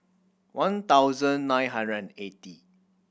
one thousand nine hundred and eighty